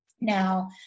now